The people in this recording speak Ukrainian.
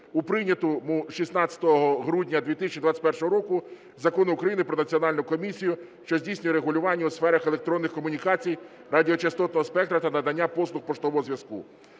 у прийнятому 16 грудня 2021 року Законі України "Про Національну комісію, що здійснює регулювання у сферах електронних комунікацій, радіочастотного спектра та надання послуг поштового зв'язку".